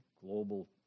Global